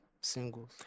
singles